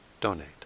donate